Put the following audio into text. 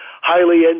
highly